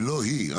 ולא היא.